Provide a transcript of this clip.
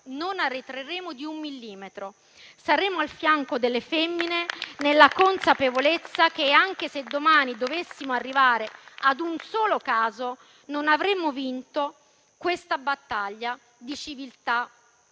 non arretreremo di un millimetro. Saremo al fianco delle femmine, nella consapevolezza che, anche se domani dovessimo arrivare a un solo caso, non avremmo ancora vinto questa battaglia di civiltà.